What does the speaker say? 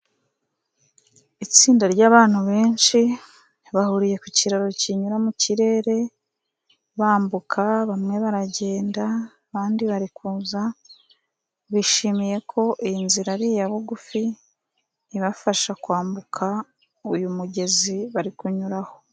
Itsinda ry'abantu benshi bahuriye ku kiraro kinyura mu kirere bambuka, bamwe baragenda abandi bari kuza, bishimiye ko iyi nzira ari iya bugufi ibafasha kwambuka uyu mugezi bari kunyuraho.